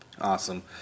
Awesome